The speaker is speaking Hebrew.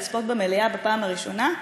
לצפות במליאה בפעם הראשונה.